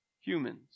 Humans